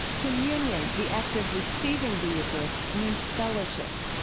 communion, the act of receiving the eucharist, means fellowship.